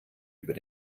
über